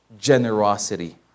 generosity